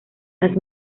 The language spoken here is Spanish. las